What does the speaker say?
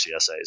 CSAs